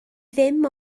ddim